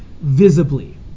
visibly